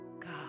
God